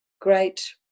great